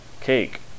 Cake